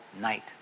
night